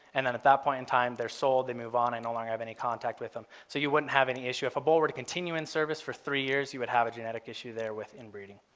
and then at that point in time, they're sold, they move on. i no longer have any contact with them. so you wouldn't have any issue if a bull would continue in service for three years, you would have a genetic issue there with inbreeding.